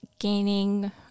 gaining